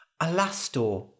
Alastor